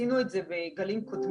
עשינו את זה בגלים קודמים.